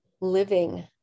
living